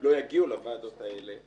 לא יגיעו לוועדות האלה,